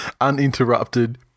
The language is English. uninterrupted